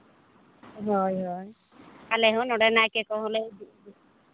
ᱦᱳᱭ ᱦᱳᱭ ᱟᱞᱮ ᱦᱚᱸ ᱱᱚᱰᱮᱱᱟᱜ ᱠᱮ ᱠᱚᱦᱚᱸ ᱞᱮ ᱦᱤᱡᱩᱜ ᱜᱮᱭᱟ